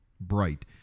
bright